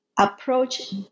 approach